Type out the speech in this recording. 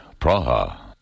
Praha